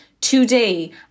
today